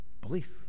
Belief